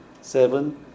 seven